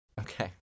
Okay